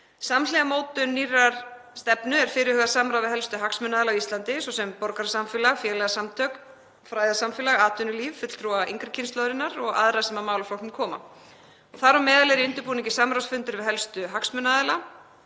Samhliða mótun nýrrar stefnu er fyrirhugað samráð við helstu hagsmunaaðila á Íslandi, svo sem borgarasamfélag, félagasamtök, fræðasamfélag, atvinnulíf, fulltrúa yngri kynslóðarinnar og aðra sem að málaflokknum koma. Þar á meðal eru í undirbúningi samráðsfundir við helstu hagsmunaaðila.